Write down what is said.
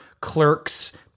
Clerks